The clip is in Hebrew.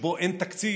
שבו אין תקציב,